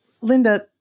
linda